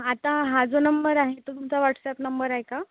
आता हा जो नंबर आहे तो तुमचा वॉट्सअप नंबर आहे का